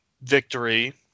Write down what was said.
victory